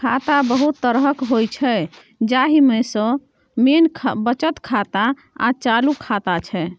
खाता बहुत तरहक होइ छै जाहि मे सँ मेन बचत खाता आ चालू खाता छै